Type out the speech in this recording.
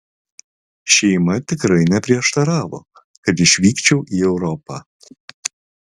šeima tikrai neprieštaravo kad išvykčiau į europą